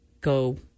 go